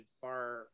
far